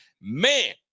man